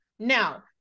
Now